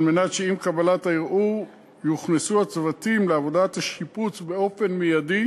על מנת שעם קבלת הערעור יוכנסו הצוותים לעבודת השיפוץ באופן מיידי